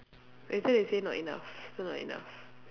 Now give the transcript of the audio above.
later they say not enough still not enough